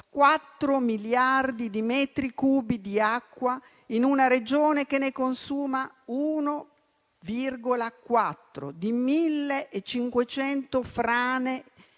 miliardi di metri cubi d'acqua (in una Regione che ne consuma 1,4), di 1.500 frane